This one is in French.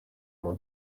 mon